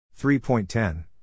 3.10